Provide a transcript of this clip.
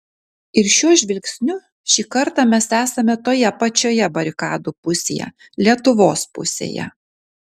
ir šiuo žvilgsniu šį kartą mes esame toje pačioje barikadų pusėje lietuvos pusėje